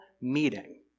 meeting